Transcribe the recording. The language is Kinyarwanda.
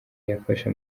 yafashe